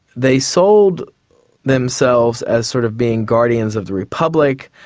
they sold themselves as sort of being guardians of the republic,